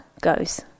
goes